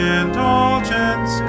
indulgence